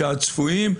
הצפויים,